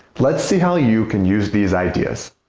let's see how you can use these ideas.